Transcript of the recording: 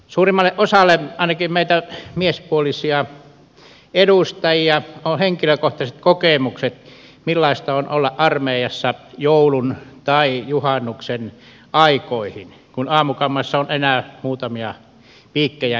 suurimmalla osalla ainakin meistä miespuolisista edustajista on henkilökohtaiset kokemukset siitä millaista on olla armeijassa joulun tai juhannuksen aikoihin kun aamukammassa on enää muutamia piikkejä jäljellä